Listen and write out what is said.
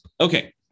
Okay